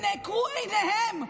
ונעקרו עיניהם,